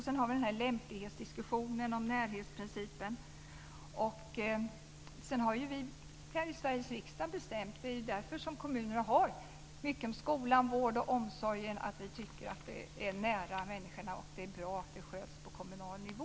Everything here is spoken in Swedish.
Sedan har vi lämplighetsdiskussionen om närhetsprincipen. Eftersom vi här i Sveriges riksdag har beslutat så, har kommunerna ansvar för skolan, vården och omsorgen. Vi tycker att det ligger nära människorna och att det är bra att det sköts på kommunal nivå.